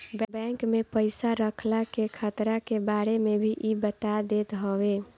bank में पईसा रखला के खतरा के बारे में भी इ बता देत हवे